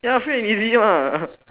ya free and easy mah